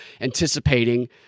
anticipating